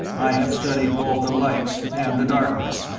i have studied both the light and the darkness,